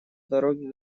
дороге